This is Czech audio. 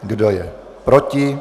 Kdo je proti?